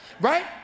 Right